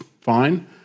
fine